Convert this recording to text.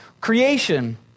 creation